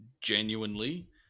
genuinely